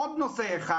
עוד נושא אחד